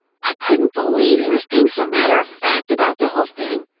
i couldn't believe he was being so matter-of-fact about the whole thing.